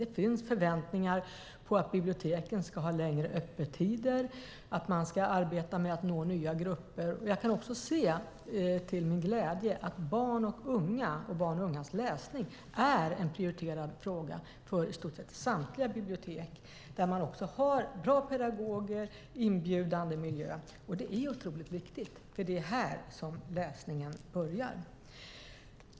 Det finns förväntningar på längre öppettider på biblioteken och på att man arbetar med att nå nya grupper. Jag kan också till min glädje se att barns och ungas läsning är en prioriterad fråga för i stort sett samtliga bibliotek. Man har bra pedagoger och inbjudande miljö, och det är otroligt viktigt. Det är nämligen här läsningen börjar.